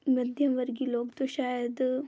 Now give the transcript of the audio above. मध्यमवर्गीय लोग तो शायद